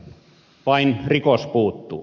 vain rikos puuttuu